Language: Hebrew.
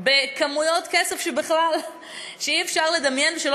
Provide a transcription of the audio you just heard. בכמויות כסף שאי-אפשר לדמיין ושלא